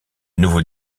nouveau